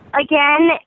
Again